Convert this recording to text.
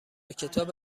کتاب